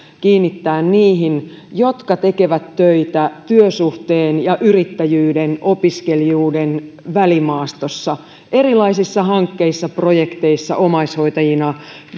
kiinnittää niihin jotka tekevät töitä työsuhteen yrittäjyyden ja opiskelijuuden välimaastossa erilaisissa hankkeissa projekteissa omaishoitajina